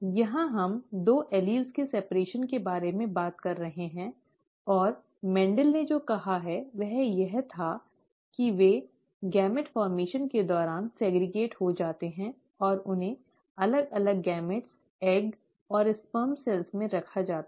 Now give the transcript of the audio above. यहां हम दो एलील्स के पृथक्करण के बारे में बात कर रहे हैं और मेंडल ने जो कहा वह यह था कि वे युग्मक के निर्माण के दौरान अलग हो जाते हैं और उन्हें अलग अलग युग्मकों अंडे और शुक्राणु कोशिकाओं में रखा जाता है